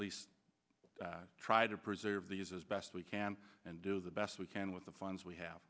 least try to preserve these as best we can and do the best we can with the funds we have